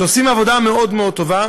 שעושים עבודה מאוד מאוד טובה,